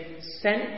sent